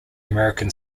american